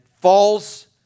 false